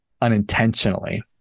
unintentionally